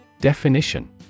Definition